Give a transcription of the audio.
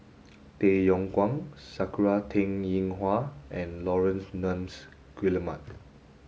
Tay Yong Kwang Sakura Teng Ying Hua and Laurence Nunns Guillemard